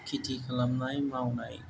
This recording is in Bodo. खिथि खालामनाय मावनाय